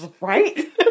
Right